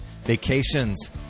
vacations